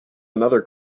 another